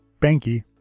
Banky